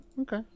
okay